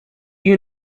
you